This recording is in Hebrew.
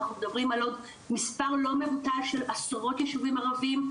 אנחנו מדברים על עוד מספר לא מבוטל של עשרות יישובים ערביים,